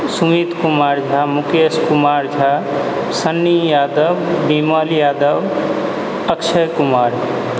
Sumit Kumar Jha Mukesh Kumar Jha Sunny Yadav Vimal Yadav Akshay Kumar